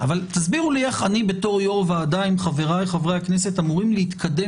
אבל הסבירו לי איך אני בתור יו"ר ועדה עם חבריי חברי הכנסת אמורים להתקדם